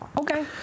Okay